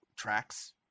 Tracks